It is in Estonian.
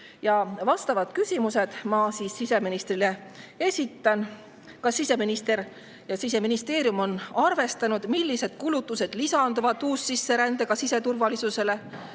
Vastavad küsimused ma siseministrile esitan. Kas siseminister ja Siseministeerium on arvestanud, millised kulutused lisanduvad uussisserändega siseturvalisusele?